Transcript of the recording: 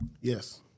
Yes